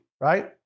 right